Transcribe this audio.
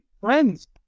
friends